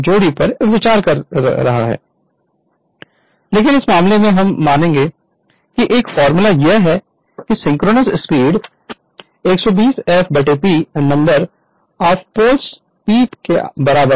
Refer Slide Time 0623 लेकिन इस मामले में हम मानेंगे कि एक फार्मूला यह है कि synchronous speed 120 f P number of poles P के बराबर है